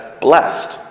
blessed